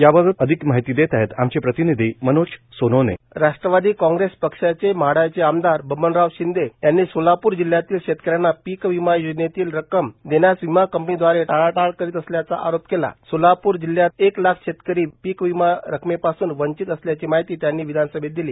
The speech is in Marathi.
याबाबत अधिक माहिती देत आहेत आमचे प्रतिनिधी मनोज सोनोने बाईट राष्ट्रवादी कॉग्रेस पक्षाचे माढाचे आमदार बबनराव शिंदे यांनी सोलापूर जिल्हयातील शेतकऱ्यांना पीक विमा योजनेतील रक्कत विमा कंपनी व्दारे टाकटाळ करीत असल्याचा अरोप केला सोलापूर जिल्हयात एक लाख शेतकरी पीक विमा रक्कमेपासून वंचित असल्याची माहिती त्यांनी विधानसभेत दिली